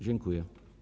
Dziękuję.